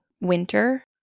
winter